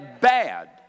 bad